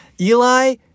Eli